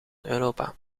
europa